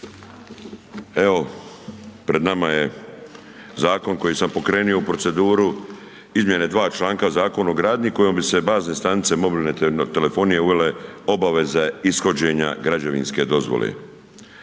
evo pred nama je zakon koji sam pokrenio u proceduru izmjene dva članka Zakon o gradnji kojom bi se bazne stanice mogle na telefonije uvele obaveze ishođenja građevinske dozvole.